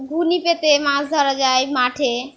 ঘূর্ণি পেতে মাছ ধরা যায় মাঠে